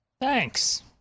Thanks